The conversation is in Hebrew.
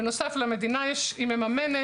בנוסף, המדינה מממנת